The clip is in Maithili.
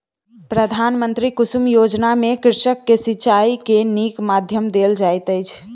प्रधानमंत्री कुसुम योजना में कृषक के सिचाई के नीक माध्यम देल जाइत अछि